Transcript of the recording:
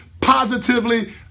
positively